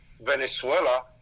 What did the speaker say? venezuela